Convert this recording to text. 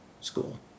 school